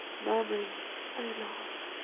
murmuring o love!